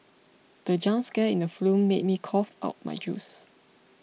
the jump scare in the film made me cough out my juice